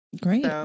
Great